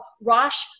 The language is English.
Rosh